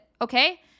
Okay